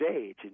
age